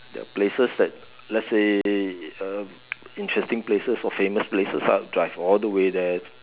there are places that let's say uh interesting places or famous places I would drive all the way there